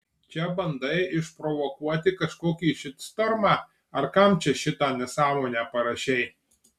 čia bandai išprovokuoti kažkokį šitstormą ar kam čia šitą nesąmonę parašei